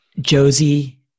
Josie